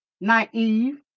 naive